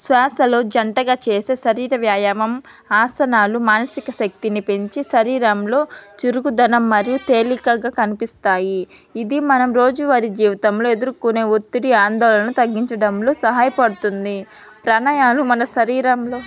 శ్వాసలో జంటగా చేసే శరీర వ్యాయామం ఆసనాలు మానసిక శక్తిని పెంచి శరీరంలో చురుకుదనం మరియు తేలికగా కనిపిస్తాయి ఇది మనం రోజువారి జీవితంలో ఎదుర్కొనే ఒత్తిడి ఆందోళనను తగ్గించడంలో సహాయపడుతుంది ప్రాణాయామాలు మన శరీరంలో